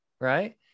Right